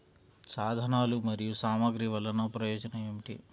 సాధనాలు మరియు సామగ్రి వల్లన ప్రయోజనం ఏమిటీ?